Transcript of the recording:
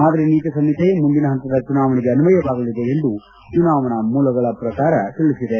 ಮಾದರಿ ನೀತಿ ಸಂಹಿತೆ ಮುಂದಿನ ಹಂತದ ಚುನಾವಣೆಗೆ ಅನ್ವಯವಾಗಲಿದೆ ಎಂದು ಚುನಾವಣಾ ಮೂಲಗಳ ಪ್ರಕಾರ ತಿಳಿಸಿದೆ